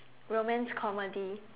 romance comedy